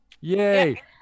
Yay